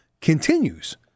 continues